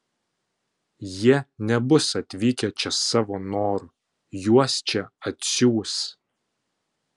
jie nebus atvykę čia savo noru juos čia atsiųs